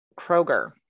Kroger